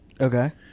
Okay